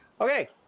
Okay